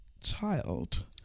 child